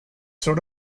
sort